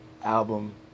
album